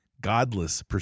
Godless